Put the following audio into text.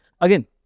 again